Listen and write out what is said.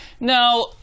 Now